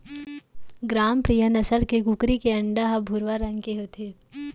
ग्रामप्रिया नसल के कुकरी के अंडा ह भुरवा रंग के होथे